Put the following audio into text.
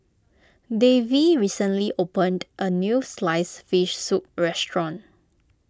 Davey recently opened a new Sliced Fish Soup restaurant